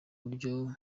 buryo